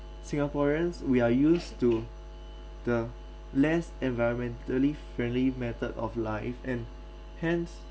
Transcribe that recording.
singaporeans we are used to the less environmentally friendly method of life and hence